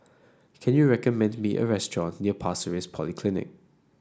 can you recommend me a restaurant near Pasir Ris Polyclinic